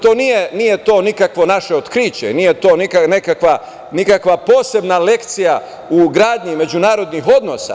To nije nikakvo naše otkriće, nije to nekakva, nikakva posebna lekcija u gradnji međunarodnih odnosa.